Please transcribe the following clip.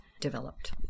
developed